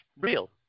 real